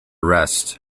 arrest